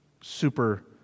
super